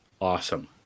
awesome